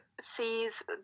sees